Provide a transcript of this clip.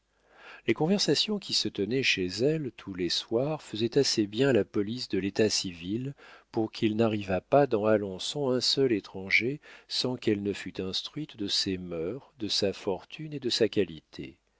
les conversations qui se tenaient chez elle tous les soirs faisaient assez bien la police de l'état civil pour qu'il n'arrivât pas dans alençon un seul étranger sans qu'elle ne fût instruite de ses mœurs de sa fortune et de sa qualité